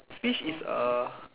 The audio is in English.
fish is a